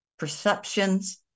Perceptions